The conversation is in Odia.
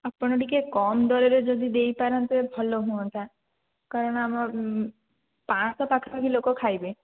ଆପଣ ଟିକିଏ କମ୍ ଦରରେ ଯଦି ଦେଇପାରନ୍ତେ ଭଲ ହୁଅନ୍ତା କାରଣ ଆମ ପାଞ୍ଚଶହ ପାଖପାଖି ଲୋକ ଖାଇବେ